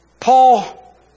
Paul